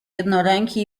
jednoręki